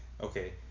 okay